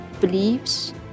beliefs